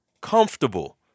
comfortable